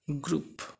group